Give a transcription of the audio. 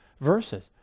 verses